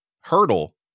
hurdle